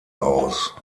aus